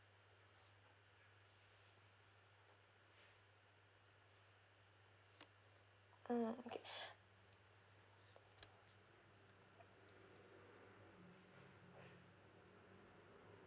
mm okay